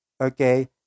okay